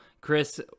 Chris